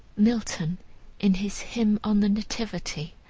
milton in his hymn on the nativity,